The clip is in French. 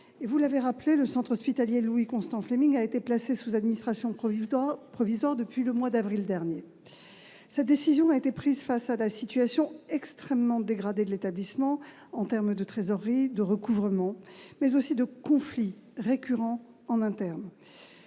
Vous l'avez rappelé, le centre hospitalier Louis-Constant-Fleming a été placé sous administration provisoire depuis le mois d'avril dernier. Cette décision a été prise face à la situation extrêmement dégradée de l'établissement en matière de trésorerie et de recouvrements. Il y avait aussi des conflits récurrents en interne.